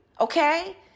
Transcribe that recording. okay